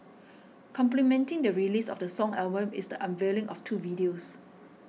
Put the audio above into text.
complementing the release of the song album is the unveiling of two videos